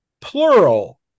plural